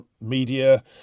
media